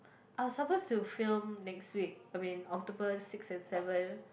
I was suppose to film next week I mean October six and seven